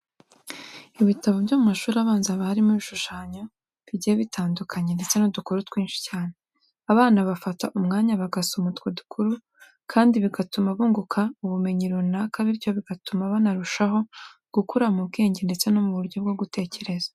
Ibitabo byo mu mashuri abanza haba harimo ibishushanyo bigiye bitandukanye ndetse n'udukuru twinshi cyane. Abana bafata umwanya bagasoma utwo dukuru kandi bigatuma bunguka ubumenyi runaka bityo bigatuma banarushaho gukura mu bwenge ndetse no mu buryo bwo gutekereza.